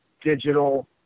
digital